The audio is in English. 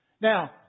Now